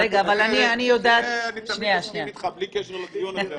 זה אני תמיד אסכים איתך בלי קשר לדיון הזה עכשיו.